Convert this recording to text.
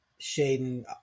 Shaden